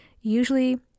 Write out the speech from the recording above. Usually